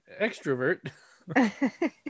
extrovert